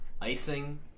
icing